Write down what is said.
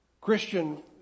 Christian